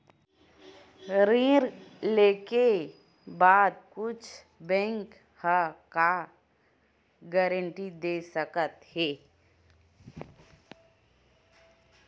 ऋण लेके बाद कुछु बैंक ह का गारेंटी दे सकत हे?